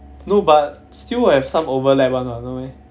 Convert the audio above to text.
no but still have some overlap one lah no meh